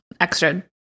extra